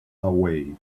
away